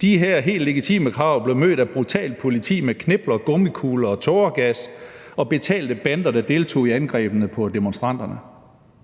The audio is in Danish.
De her helt legitime krav blev mødt af brutalt politi med knipler, gummikugler og tåregas og betalte bander, der deltog i angrebene på demonstranterne.